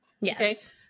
yes